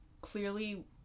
clearly